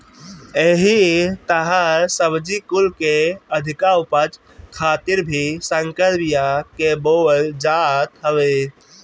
एही तहर सब्जी कुल के अधिका उपज खातिर भी संकर बिया के बोअल जात हवे